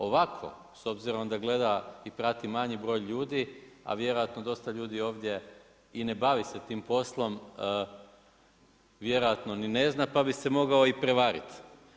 Ovako, s obzirom da gleda i prati manji broj ljudi a vjerojatno dosta ljudi ovdje i ne bavi se tim poslom vjerojatno ni ne zna pa bi se mogao i prevariti.